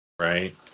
right